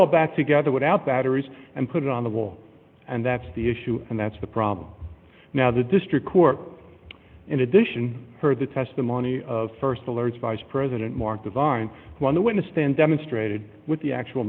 all back together without batteries and put it on the wall and that's the issue and that's the problem now the district court in addition heard the testimony of st alerts vice president mark divine on the witness stand demonstrated with the actual